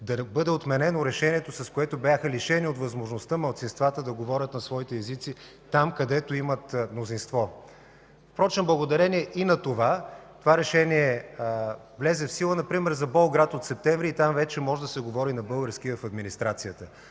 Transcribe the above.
да бъде отменено решението, с което бяха лишени от възможността малцинствата да говорят на своите езици там, където имат мнозинство. Впрочем, благодарение и на това, това решение влезе в сила, например за Болград от септември, и там вече може да се говори на български в администрацията.